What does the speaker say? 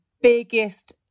biggest